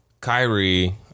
Kyrie